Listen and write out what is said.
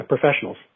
professionals